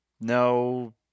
No